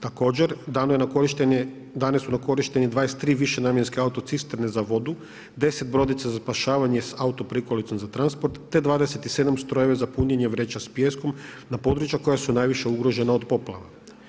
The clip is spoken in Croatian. Također dane su na korištenje 23 višenamjenske autocisterne za vodu, 10 brodica za spašavanje sa autoprikolicom za transport, te 27 strojeva za punjenje vreća sa pijeskom na područja koja su najviše ugrožena od poplava.